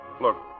Look